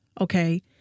okay